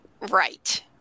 right